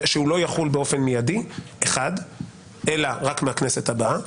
שהוא לא יחול באופן מידי, אלא רק מהכנסת הבאה?